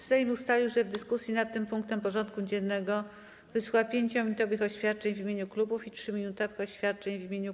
Sejm ustalił, że w dyskusji nad tym punktem porządku dziennego wysłucha 5-minutowych oświadczeń w imieniu klubów i 3-minutowych oświadczeń w imieniu kół.